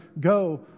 go